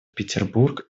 петербург